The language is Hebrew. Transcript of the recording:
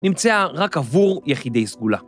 נמצאה רק עבור יחידי סגולה.